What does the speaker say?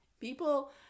people